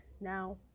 now